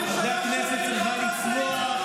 על זה הכנסת צריכה לצווח,